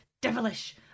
devilish